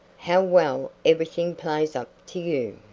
how well everything plays up to you.